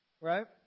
right